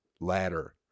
ladder